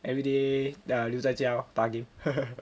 everyday ya lah 留在家 lor 打 game